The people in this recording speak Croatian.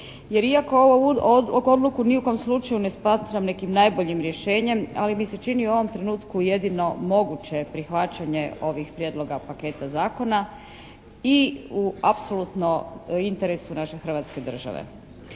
jer iako ovu odluku ni u kom slučaju ne smatram nekim najboljim rješenjem ali mi se čini u ovom trenutku jedino moguće prihvaćanje ovih prijedloga paketa zakona i u apsolutno interesu naše Hrvatske države.